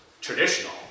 Traditional